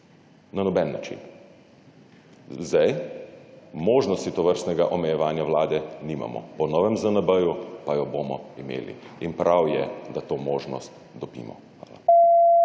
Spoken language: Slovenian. Na noben način. Zdaj možnosti tovrstnega omejevanja vlade nimamo, po novem ZNBJ pa jo bomo imeli. In prav je, da to možnost dobimo. Hvala.